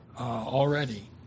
already